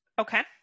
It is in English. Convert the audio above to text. Okay